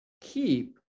keep